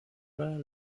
دارد